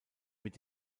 mit